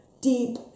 deep